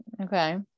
Okay